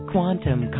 Quantum